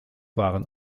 waren